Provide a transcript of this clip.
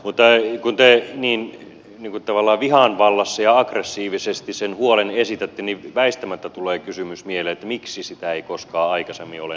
mutta kun te tavallaan vihan vallassa ja aggressiivisesti sen huolen esitätte niin väistämättä tulee mieleen kysymys miksi sitä huolta ei koskaan aikaisemmin ole näkynyt